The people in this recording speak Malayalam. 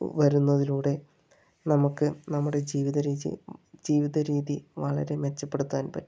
വരുന്നതിലൂടെ നമുക്ക് നമ്മുടെ ജീവിതരീചി ജീവിതരീതി വളരെ മെച്ചപ്പെടുത്താൻ പറ്റും